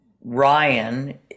Ryan